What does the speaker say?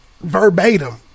verbatim